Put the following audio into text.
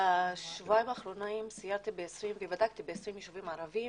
בשבועיים האחרונים סיירתי ובדקתי ב-20 ישובים ערביים